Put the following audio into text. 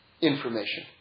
information